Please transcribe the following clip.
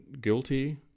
guilty